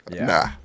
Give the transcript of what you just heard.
Nah